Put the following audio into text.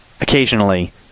occasionally